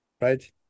right